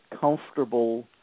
comfortable